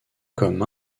comme